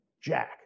Jack